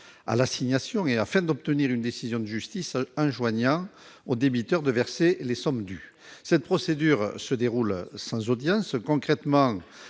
à l'assignation, et afin d'obtenir une décision de justice enjoignant au débiteur de verser les sommes dues. Cette procédure se déroule sans audience : concrètement,